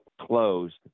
closed